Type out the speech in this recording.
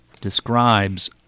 describes